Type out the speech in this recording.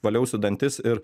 valiausi dantis ir